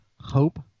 hope